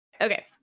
Okay